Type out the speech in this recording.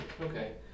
Okay